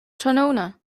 tráthnóna